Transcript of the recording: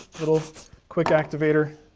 little quick activator.